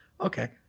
okay